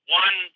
one